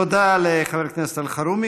תודה לחבר הכנסת אלחרומי.